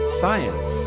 science